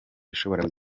ishobora